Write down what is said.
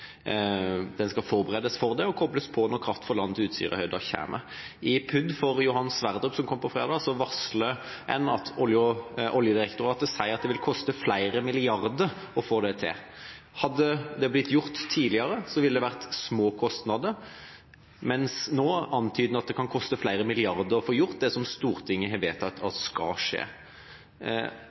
skal forberedes for det og kobles på når kraft fra land til Utsirahøyden kommer. I forbindelse med PUD for Johan Sverdrup-feltet, som kom på en fredag, sier Oljedirektoratet at det vil koste flere milliarder å få det til. Hadde det blitt gjort tidligere, ville det vært små kostnader, mens en nå antyder at det kan koste flere milliarder å få gjort det som Stortinget har vedtatt skal skje.